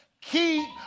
keep